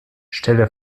stelle